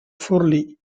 forlì